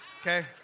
Okay